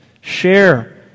Share